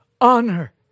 Honor